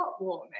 heartwarming